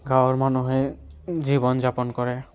গাঁৱৰ মানুহে জীৱন যাপন কৰে